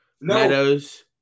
Meadows